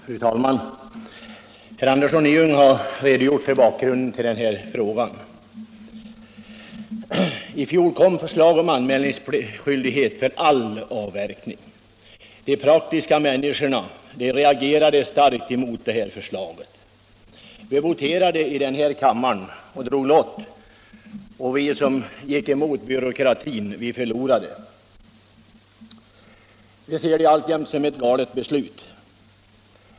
Fru talman! Herr Andersson i Ljung har redogjort för bakgrunden till denna fråga. I fjol kom förslag om anmälningsskyldighet för all avverkning. De praktiska människorna reagerade starkt mot förslaget. Vi voterade i kammaren och drog lott om detta, och vi som gick emot byråkratin förlorade i lottdragningen. Det ser vi alltjämt som ett galet beslut.